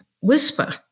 whisper